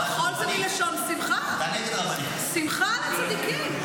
"מחול" זה מלשון שמחה, שמחת צדיקים.